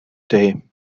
day